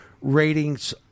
ratings